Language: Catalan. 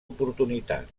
oportunitat